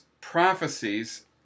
prophecies